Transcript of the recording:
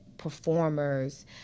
performers